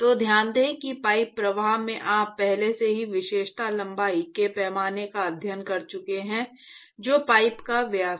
तो ध्यान दें कि पाइप प्रवाह में आप पहले से ही विशेषता लंबाई के पैमाने का अध्ययन कर चुके हैं जो पाइप का व्यास है